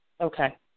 Okay